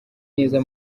neza